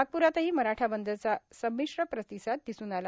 नागप्ररातही मराठा बंदचा संमिश्र प्रतिसाद दिसून आला